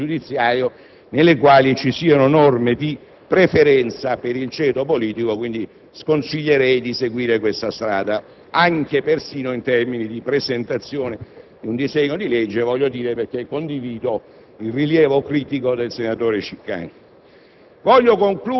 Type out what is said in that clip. È evidente che non possiamo immaginare un ordinamento giudiziario in cui vi siano norme di preferenza per il ceto politico: sconsiglierei, quindi, di seguire tale strada, anche persino in termini di presentazione di un disegno di legge, perché condivido